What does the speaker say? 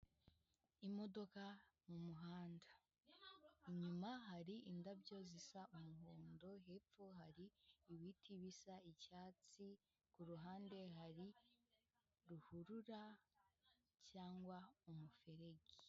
Imodoka mu muhanda, inyuma hari indabyo zisa umuhondo, hepfo hari ibiti bisa icyatsi, ku ruhande hari ruhurura cyangwa umuferegi.